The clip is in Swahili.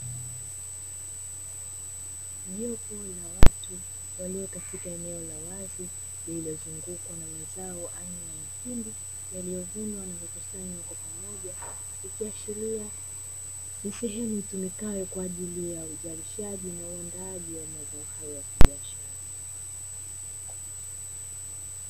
Jopo la watu walio katika eneo la wazi, lililozungukwa na mazao aina ya mahindi, yaliyovunwa na kukusanywa kwa pamoja, ikiashiria ni sehemu itumikayo kwa ajili ya uzalishaji na uandaaji wa mazao hayo ya kibiashara.